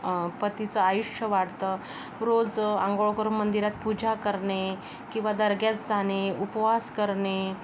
पतीचं आयुष्य वाढतं रोज अंघोळ करून मंदिरात पूजा करणे किंवा दर्ग्यास जाणे उपवास करणे